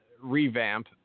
revamp